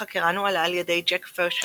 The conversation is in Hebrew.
החקירה נוהלה על ידי ג'ק פרשל